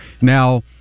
Now